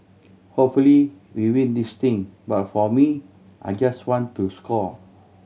hopefully we win this thing but for me I just want to score